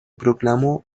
proclamó